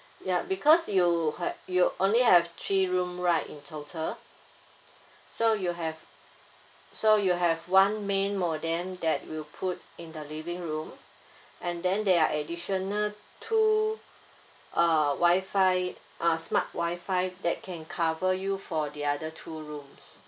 ya because you have you only have three room right in total so you have so you have one main modem that you put in the living room and then they are additional two uh Wi-Fi uh smart Wi-Fi that can cover you for the other two rooms